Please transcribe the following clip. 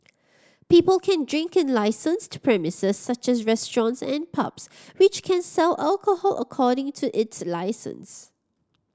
people can drink in licensed premises such as restaurants and pubs which can sell alcohol according to its licence